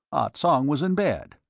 ah tsong was in bed.